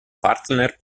partner